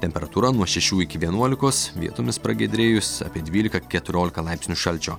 temperatūra nuo šešių iki vienuolikos vietomis pragiedrėjus apie dvylika keturiolika laipsnių šalčio